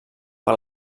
per